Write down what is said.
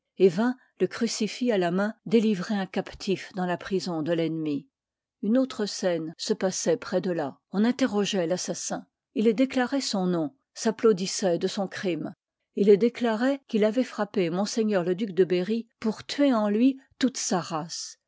et vint le crucifix à la main délivrer un captif dans la prison de l'ennemi une autre scène se passoit près de là liv u qjj inteitogeoit l'assassin il declaroit son nom s'applaudissoit de son crime il declaroit qu'il avoit frappé m le duc de berry pour tuer en lui toute sa race